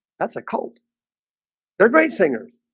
that's a cult they're great singers